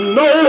no